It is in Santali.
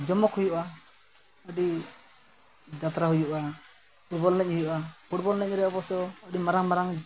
ᱡᱚᱢᱚᱠ ᱦᱩᱭᱩᱜᱼᱟ ᱟᱹᱰᱤ ᱡᱟᱛᱛᱨᱟ ᱦᱩᱭᱩᱜᱼᱟ ᱯᱷᱩᱴᱵᱚᱞ ᱮᱱᱮᱡ ᱦᱩᱭᱩᱜᱼᱟ ᱯᱷᱩᱴᱵᱚᱞ ᱮᱱᱮᱡ ᱨᱮ ᱚᱵᱚᱥᱥᱳᱭ ᱟᱹᱰᱤ ᱢᱟᱨᱟᱝ ᱢᱟᱨᱟᱝ